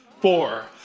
Four